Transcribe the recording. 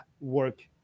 work